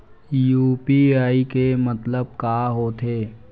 UPI के मतलब का होथे?